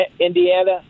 Indiana